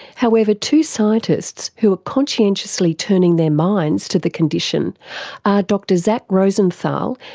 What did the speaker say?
however, two scientists who are conscientiously turning their minds to the condition are dr zach rosenthal,